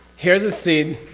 here's a seed.